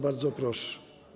Bardzo proszę.